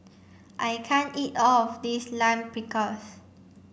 I can't eat all of this Lime Pickles